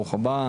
ברוך הבא,